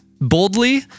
Boldly